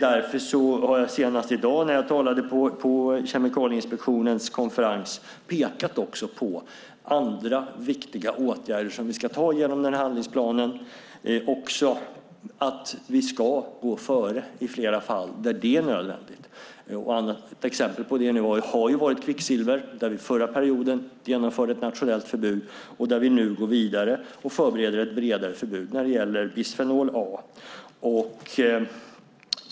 Därför har jag senast i dag när jag talade på Kemikalieinspektionens konferens pekat på andra viktiga åtgärder som vi ska ta genom den här handlingsplanen och också att vi ska gå före i flera viktiga fall där det är nödvändigt. Exempel på det har varit kvicksilver, där vi förra perioden genomförde ett nationellt förbud och där vi nu går vidare och förbereder ett bredare förbud när det gäller bisfenol A.